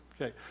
okay